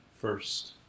first